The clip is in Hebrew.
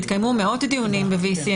והתקיימו מאות דיונים ב-VC,